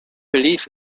believe